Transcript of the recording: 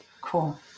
Cool